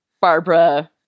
Barbara